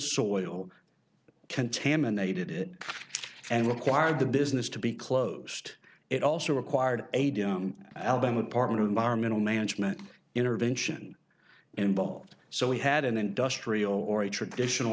soil contaminated and require the business to be closed it also required adium alabama department of environmental management intervention involved so we had an industrial or a traditional